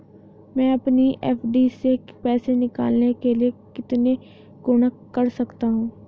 मैं अपनी एफ.डी से पैसे निकालने के लिए कितने गुणक कर सकता हूँ?